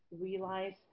realize